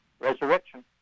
resurrection